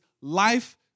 life